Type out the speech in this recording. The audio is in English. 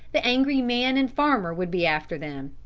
the angry man and farmer would be after them.